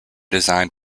design